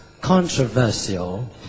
controversial